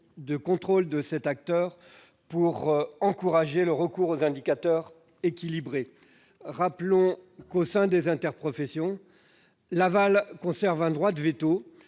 du contrôle de cet acteur pour encourager le recours aux indicateurs équilibrés. Rappelons que, au sein des interprofessions, l'aval conserve un droit de veto.